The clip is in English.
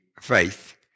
faith